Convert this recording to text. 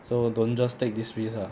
so don't just take this risk ah